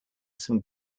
some